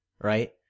right